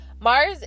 Mars